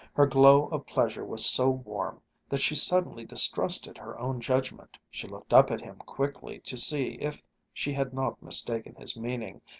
her glow of pleasure was so warm that she suddenly distrusted her own judgment, she looked up at him quickly to see if she had not mistaken his meaning,